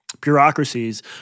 bureaucracies